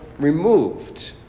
removed